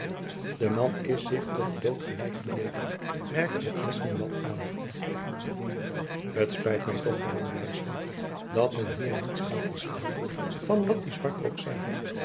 de man is zich tot in den dood gelijk gebleven merkte van espenblad aan t spijt my toch hernam bleiswijck dat men hier niets kan verstaan van wat die zwartrok zegt